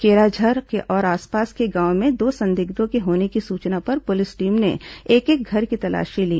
केराझर और आसपास के गांवों में दो संदिग्धों के होने की सूचना पर पुलिस टीम ने एक एक घर की तलाशी ली